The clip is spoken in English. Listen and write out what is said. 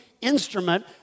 instrument